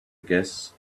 guess